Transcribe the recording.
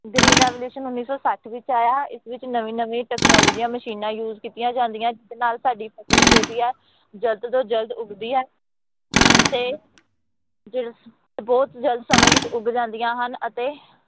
green revolution ਉੱਨੀ ਸੌ ਸੱਠ ਵਿੱਚ ਆਇਆ ਇਸ ਵਿੱਚ ਨਵੀਂ ਨਵੀਂ ਟੈਕਨੋਲੋਜੀਆਂ ਮਸ਼ੀਨਾਂ ਯੂਜ ਕੀਤੀਆਂ ਜਾਂਦੀਆਂ ਜਿਹਦੇ ਨਾਲ਼ ਸਾਡੀ ਫ਼ਸਲ ਜੋ ਕਿ ਆ ਜਲਦ ਤੋਂ ਜਲਦ ਉੱਗਦੀ ਹੈ ਅਤੇ ਬਹੁਤ ਜਲਦ ਸਮੇਂ ਵਿੱਚ ਉੱਗ ਜਾਂਦੀਆਂ ਹਨ ਅਤੇ